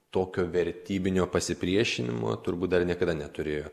tokio vertybinio pasipriešinimo turbūt dar niekada neturėjo